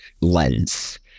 lens